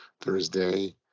Thursday